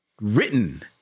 written